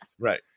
Right